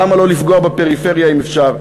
למה לא לפגוע בפריפריה אם אפשר?